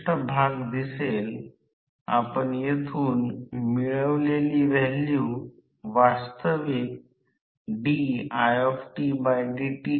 समीकरण 1 वरून हे देखील लिहू शकते की 120 s f P हे f2 sf आहे